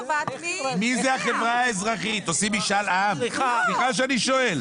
לאדם תיקבע רמת תמיכה ואחר כך יינתנו לו,